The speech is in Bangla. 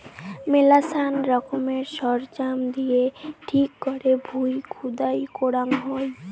মেলাছান রকমের সরঞ্জাম দিয়ে ঠিক করে ভুঁই খুদাই করাঙ হউ